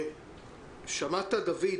שמעת, דוד?